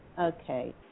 Okay